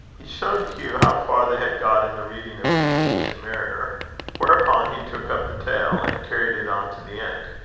he showed hugh how far they had got in the reading of the ancient mariner whereupon he took up the tale, and carried it on to the end.